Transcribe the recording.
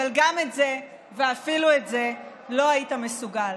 אבל גם את זה, ואפילו את זה, לא היית מסוגל.